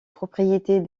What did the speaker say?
propriétés